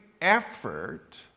effort